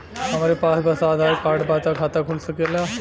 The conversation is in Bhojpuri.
हमरे पास बस आधार कार्ड बा त खाता खुल सकेला?